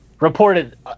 reported